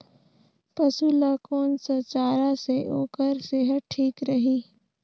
पशु ला कोन स चारा से ओकर सेहत ठीक रही?